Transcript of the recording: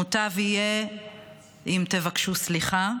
מוטב יהיה אם תבקשו סליחה.